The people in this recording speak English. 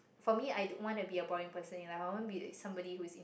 for me I don't want to be a boring person in life I want to be somebody who is